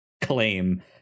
claim